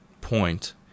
point